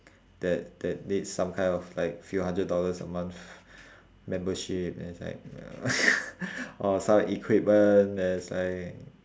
that that needs some kind of like few hundred dollars a month membership and it's like or some equipment that's like